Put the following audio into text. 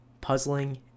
Puzzling